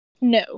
No